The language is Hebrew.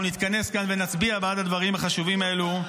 נתכנס כאן ונצביע בעד הדברים החשובים האלו.